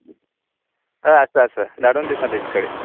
हय आसा आसा धाडून दिता तेजे कडेन